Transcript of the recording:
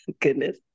Goodness